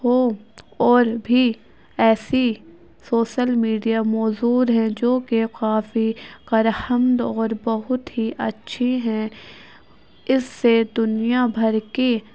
ہو اور بھی ایسی سوشل میڈیا موزود ہیں جوکہ کافی کرہمد اور بہت ہی اچھی ہیں اس سے دنیا بھر کی